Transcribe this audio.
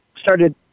started